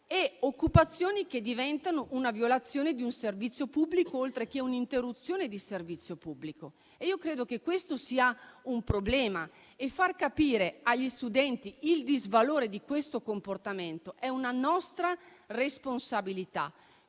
occupazionali che diventano una violazione di un servizio pubblico, oltre che un'interruzione di servizio pubblico. Io credo che questo sia un problema e far capire agli studenti il disvalore di tale comportamento è una nostra responsabilità.